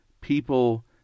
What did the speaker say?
people